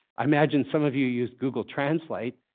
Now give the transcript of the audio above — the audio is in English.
i imagine some of you use google translate.